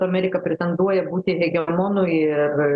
amerika pretenduoja būti hegemonu ir